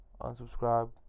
unsubscribe